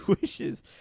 wishes